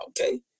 Okay